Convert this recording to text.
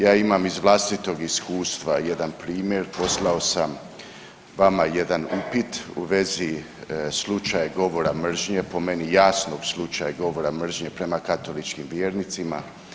Ja imam iz vlastitog iskustva jedan primjer, poslao sam vama jedan upit u vezi slučaj govora mržnje, po meni jasno slučaj govora mržnje prema katoličkim vjernicima.